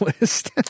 list